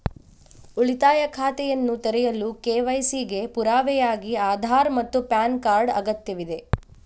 ಉಳಿತಾಯ ಖಾತೆಯನ್ನು ತೆರೆಯಲು ಕೆ.ವೈ.ಸಿ ಗೆ ಪುರಾವೆಯಾಗಿ ಆಧಾರ್ ಮತ್ತು ಪ್ಯಾನ್ ಕಾರ್ಡ್ ಅಗತ್ಯವಿದೆ